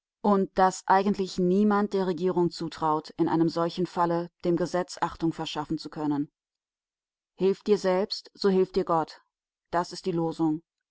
und daß eigentlich niemand der regierung zutraut in einem solchen falle dem gesetz achtung verschaffen zu können hilf dir selbst so hilft dir gott das ist die losung